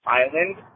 island